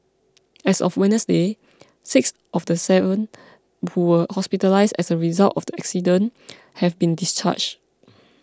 as of Wednesday six of the seven who were hospitalised as a result of the accident have been discharged